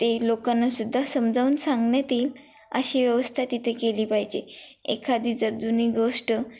ते लोकांना सुद्धा समजावून सांगण्यात येईल अशी व्यवस्था तिथे केली पाहिजे एखादी जर जुनी गोष्ट